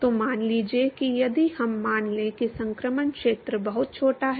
तो मान लीजिए कि यदि हम मान लें कि संक्रमण क्षेत्र बहुत छोटा है